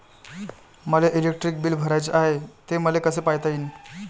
मले electric bill भराचं हाय, ते मले कस पायता येईन?